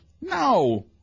No